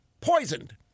poisoned